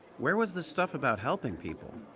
where was the stuff about helping people?